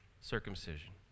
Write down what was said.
circumcision